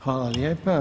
Hvala lijepa.